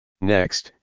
Next